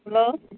hello